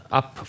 up